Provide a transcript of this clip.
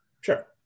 Sure